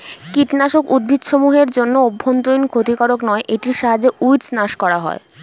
কীটনাশক উদ্ভিদসমূহ এর জন্য অভ্যন্তরীন ক্ষতিকারক নয় এটির সাহায্যে উইড্স নাস করা হয়